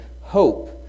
hope